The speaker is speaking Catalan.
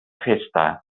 festa